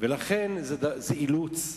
לכן זה אילוץ,